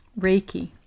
Reiki